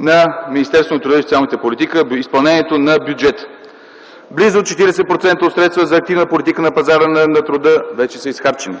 на Министерството на труда и социалната политика. Близо 40% от средствата за активна политика на пазара на труда вече са изхарчени,